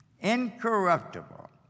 incorruptible